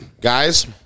Guys